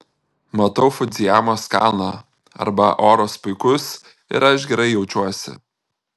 matau fudzijamos kalną arba oras puikus ir aš gerai jaučiuosi